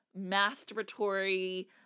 masturbatory